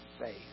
faith